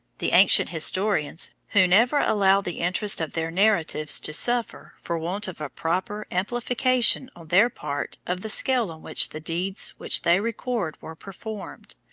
the ancient historians, who never allow the interest of their narratives to suffer for want of a proper amplification on their part of the scale on which the deeds which they record were performed,